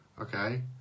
okay